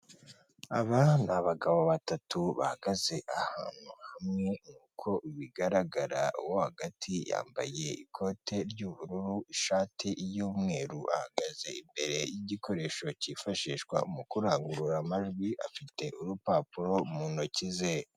Aba ni abagabo batatu bahagaze ahantu hamwe nk'uko bigaragara, uwo hagati yambaye ikote ry'ubururu, ishati y'umweru ahagaze imbere y'igikoresho cyifashishwa mu kurangurura amajwi afite urupapuro mu ntoki ze.